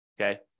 okay